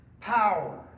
power